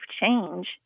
change